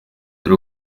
dore